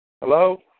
Hello